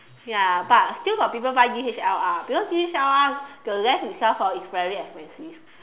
ya but still got people buy D_S_L_R because D_S_L_R the lens itself hor is very expensive